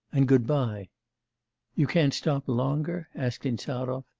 and goodbye you can't stop longer asked insarov.